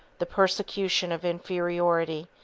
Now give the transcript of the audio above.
the persecution of inferiority,